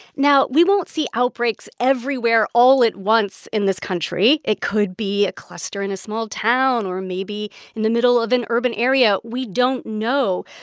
now, we won't see outbreaks everywhere all at once in this country. it could be a cluster in a small town or maybe in the middle of an urban area. we don't know.